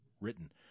written